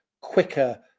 quicker